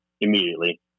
immediately